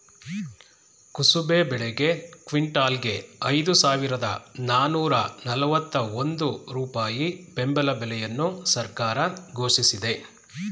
ಕುಸುಬೆ ಬೆಳೆಗೆ ಕ್ವಿಂಟಲ್ಗೆ ಐದು ಸಾವಿರದ ನಾನೂರ ನಲ್ವತ್ತ ಒಂದು ರೂಪಾಯಿ ಬೆಂಬಲ ಬೆಲೆಯನ್ನು ಸರ್ಕಾರ ಘೋಷಿಸಿದೆ